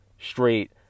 straight